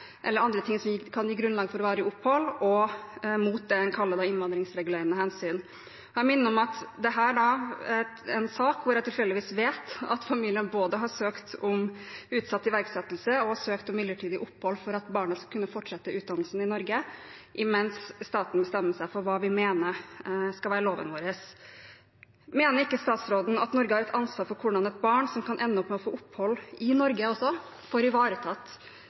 eller andre ting som kan gi grunnlag for varig opphold – mot det en kaller innvandringsregulerende hensyn. Jeg minner om at dette er en sak hvor jeg tilfeldigvis vet at familien både har søkt om utsatt iverksettelse og om midlertidig opphold for at barnet skal kunne fortsette utdannelsen i Norge mens staten bestemmer seg for hva vi mener skal være loven vår. Mener ikke statsråden at Norge har et ansvar for hvordan et barn – som kan ende opp med å få opphold i Norge – får ivaretatt